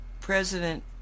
president